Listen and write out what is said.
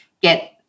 get